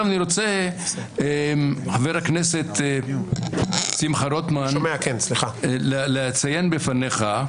חבר הכנסת שמחה רוטמן, אני רוצה לציין בפניך,